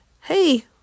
hey